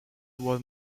what